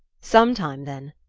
some time, then?